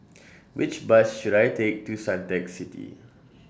Which Bus should I Take to Suntec City